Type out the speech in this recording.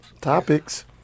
topics